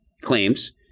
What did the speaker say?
claims